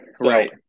right